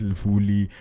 fully